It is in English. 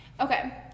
Okay